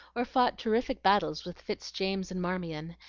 or fought terrific battles with fitz-james and marmion,